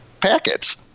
packets